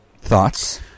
Thoughts